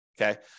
okay